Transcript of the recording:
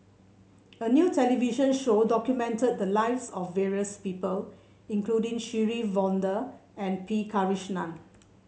a new television show documented the lives of various people including Shirin Fozdar and P Krishnan